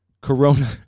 corona